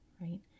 right